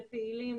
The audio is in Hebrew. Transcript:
לפעילים,